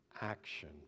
Action